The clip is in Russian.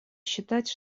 считать